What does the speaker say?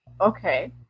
Okay